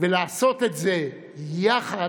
ולעשות את זה ביחד,